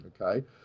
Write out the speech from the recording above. Okay